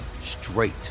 straight